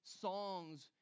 songs